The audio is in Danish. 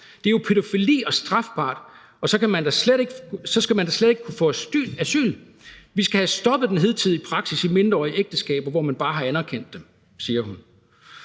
»Det er jo pædofili og strafbart, og så skal man da slet ikke kunne få asyl. Vi skal have stoppet den hidtidige praksis i mindreårige ægteskaber, hvor man bare har anerkendt dem.« Mindre